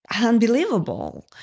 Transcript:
Unbelievable